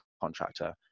contractor